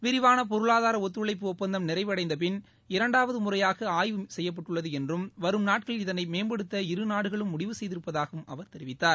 விரிவான பொருளாதார ஒத்துழைப்பு ஒப்பந்தம் நிறைவடைந்தபின் இரண்டாவது முறையாக ஆய்வு கெப்யப்பட்டுள்ளது என்றும் வரும் நாட்களில் இதனை மேம்படுத்த இரு நாடுகளும் முடிவு செய்திருப்பதாகவும் அவர் தெரிவித்தார்